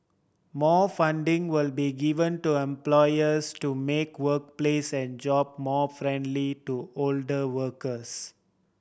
more funding will be given to employers to make workplace and job more friendly to older workers